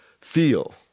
feel